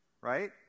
right